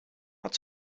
hat